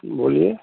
बोलिए